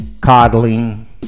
coddling